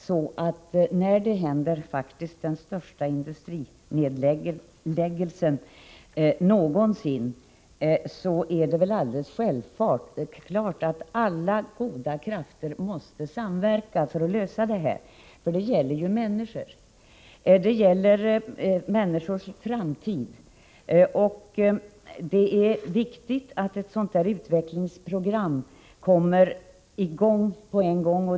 Fru talman! När den största industrinedläggningen någonsin sker, är det väl alldeles självklart att alla goda krafter måste samverka för att komma fram till lösningar. Det gäller ju människor. Det gäller människors framtid. Det är viktigt att ett utvecklingsprogram kommer i gång snarast.